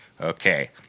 Okay